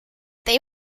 they